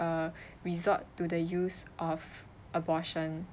uh resort to the use of abortion